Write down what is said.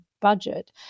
budget